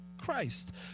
Christ